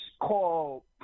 call